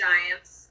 Giants